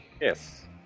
Yes